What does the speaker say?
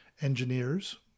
engineers